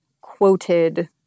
quoted